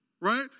Right